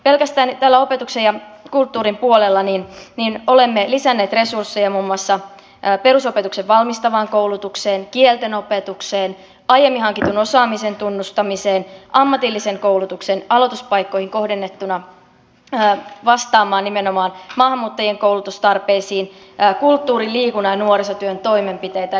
pelkästään opetuksen ja kulttuurin puolella olemme lisänneet resursseja muun muassa perusopetuksen valmistavaan koulutukseen kielten opetukseen aiemmin hankitun osaamisen tunnustamiseen ammatillisen koulutuksen aloituspaikkoihin kohdennettuna vastaamaan nimenomaan maahanmuuttajien koulutustarpeisiin kulttuurin liikunnan ja nuorisotyön toimenpiteitä